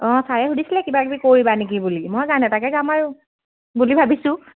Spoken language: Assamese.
অঁ ছাৰে সুধিছিলে কিবা কিবি কৰিবা নেকি বুলি মই গান এটাকে গাম আৰু বুলি ভাবিছোঁ